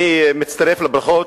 אני מצטרף לברכות,